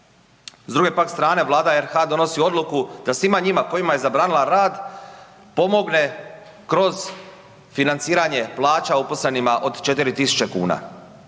S druge pak strane, Vlada RH donosi odluku da svima njima kojima je zabranila rad, pomogne kroz financiranje plaća uposlenima od 4000 kuna.